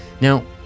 Now